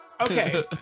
Okay